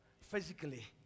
physically